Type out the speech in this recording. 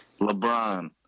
LeBron